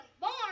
born